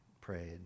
prayed